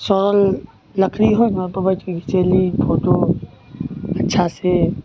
सड़ल लकड़ी होइ हइ ने तऽ बैठिके घिचैली फोटो पिछाँसे